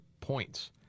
points